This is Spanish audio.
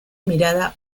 mirada